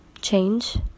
change